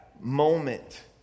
moment